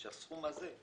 שהסכום הזה,